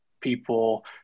people